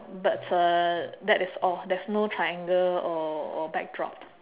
but uh that is all there's no triangle or or backdrop